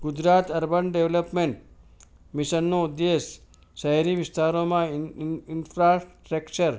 Gujarat urban development મિશનનો ઉદ્દેશ શહેરી વિસ્તારોમાં ઇન્ફ્રાસ્ટ્રક્ચર